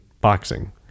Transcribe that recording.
boxing